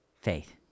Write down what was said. Faith